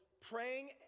praying